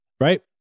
right